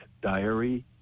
diary